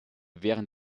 während